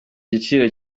giciro